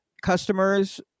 customers